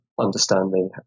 understanding